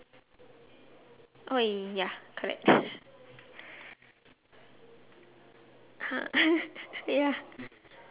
okay